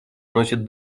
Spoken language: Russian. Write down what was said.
носит